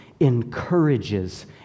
encourages